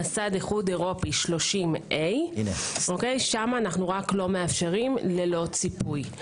מסד איחוד אירופי 30A - שם אנו רק לא מאפשרים ללא ציפוי.